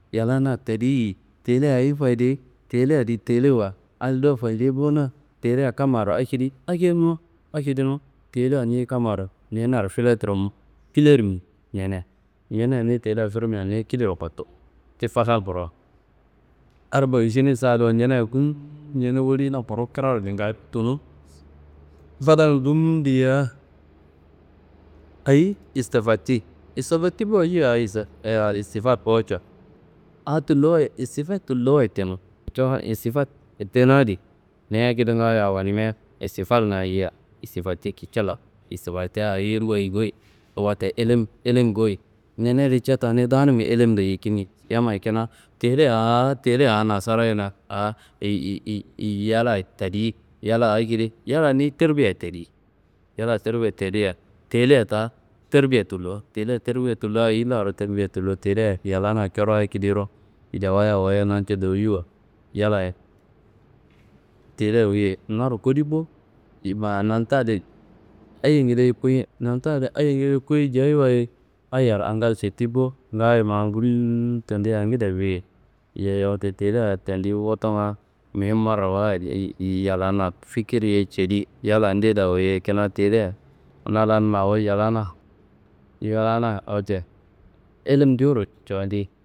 Yallana tadiyi. Teleya ayi fayideyi, teleyadi telewa adi do fadeyi bo na. Teleya kammaro akedi akedi nu akedi nu teleya ni kammaro ñeneyaro fileturum filermi ñeneya. Ñeneya niyi teleya firmia ni kidero kotto, ti fadan kurowo. Arba iširin sa do ñeneya gum ñene woliyina kuru kraro ngingayi tunu fadan gum diyia ayi istafakci. Istafakti bo ayiye a istifak bo ca a tullo wayi istifak tullo wayi tenu coron istifak tenua adi niyi akediro ngaayo awonimia istifaknga yiyia istifakti kicila. Istifaktia ayingu wayi goyi. Wote ilim ilim goyi. Ñene di catta ni danumi ilim do yikimi, yammayi kina teleya ha teleya a nasarayena yallayi tadiyi. Yalla akedi, yalla ni terbiya tadiyi. Yalla terbiya tadiyia teleya ta terbiya tullo, teleya terbiya tullo ayi laro? Terbiya tullo teleya yallana corayi akediro jawayi awoyi nanca dowuyiwa yallayi teleya wuyei naro kodi bo ye ma nanta di ayiyengedeyi kuyi nanta di ayiyengede kuyi jayi wayi ayiyaro angal setti bo ngaaye ma ngul tendiyi angedea wuyei, yeyi wote teleya tendi wuttunga muhim marawayid yeyi yallana fikirriye cedi, yalla ndeyediro awoyei. Kina teleya na lan ma awo yallana yalla wote ilim jowuro cawandi.